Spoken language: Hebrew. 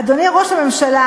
אדוני ראש הממשלה,